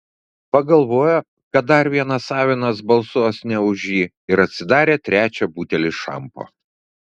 pagalvojo kad dar vienas avinas balsuos ne už jį ir atsidarė trečią butelį šampo